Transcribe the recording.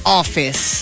office